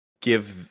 give